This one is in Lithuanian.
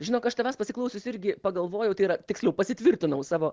žinok aš tavęs pasiklausius irgi pagalvojau tai yra tiksliau pasitvirtinau savo